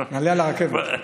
נעלה על הרכבת.